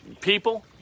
people